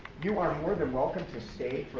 you are more than welcome to stay for